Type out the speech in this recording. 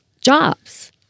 jobs